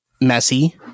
messy